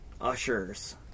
ushers